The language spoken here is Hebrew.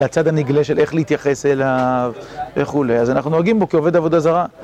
הצד הנגלה של איך להתייחס אליו, איך הוא עולה, אז אנחנו נוהגים בו כעובד עבודה זרה.